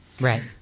Right